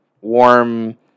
warm